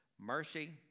Mercy